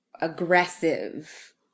aggressive